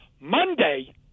Monday